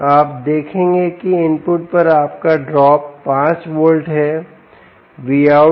आप देखेंगे कि इनपुट पर आपका ड्रॉप 5 वोल्ट है vout 33 है